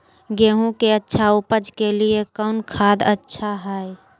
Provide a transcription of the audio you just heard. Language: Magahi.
गेंहू के अच्छा ऊपज के लिए कौन खाद अच्छा हाय?